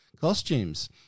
Costumes